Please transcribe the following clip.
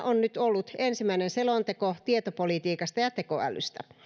on nyt ollut ensimmäinen selonteko tietopolitiikasta ja ja tekoälystä